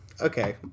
Okay